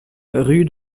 rue